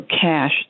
Cash